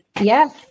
Yes